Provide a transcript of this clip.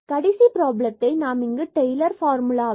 கடைசி ப்ராப்ளத்தை இங்கு நாம் டெய்லர் பார்முலாவை about 0